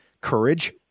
courage